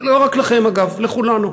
לא רק לכם, אגב, לכולנו.